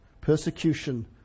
Persecution